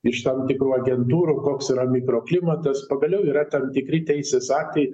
iš tam tikrų agentūrų koks yra mikroklimatas pagaliau yra tam tikri teisės aktai